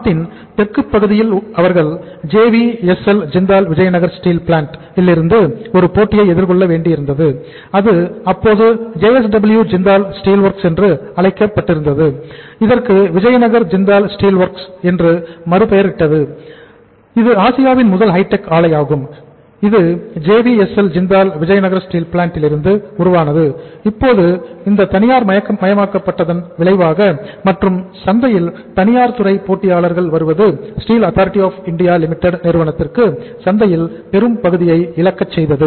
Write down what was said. நாட்டின் தெற்கு பகுதியில் அவர்கள் ஜே வி எஸ் ல் ஜிந்தால் விஜயநகர் ஸ்டீல் பிளான்ட் நிறுவனத்திற்கு சந்தையில் பெரும் பகுதியை இழக்கச் செய்தது